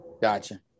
Gotcha